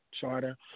charter